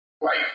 Right